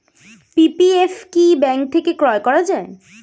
PPF কি bank থেকে ক্রয় করা যায়?